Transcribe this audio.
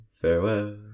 farewell